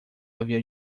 havia